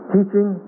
Teaching